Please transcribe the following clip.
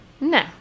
No